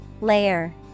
Layer